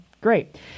Great